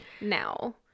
now